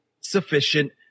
sufficient